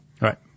Right